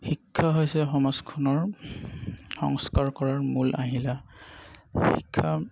শিক্ষা হৈছে সমাজখনৰ সংস্কাৰ কৰাৰ মূল আহিলা শিক্ষা